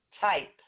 type